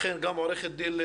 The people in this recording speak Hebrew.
נמצאת גם עורכת הדין,